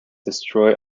destroy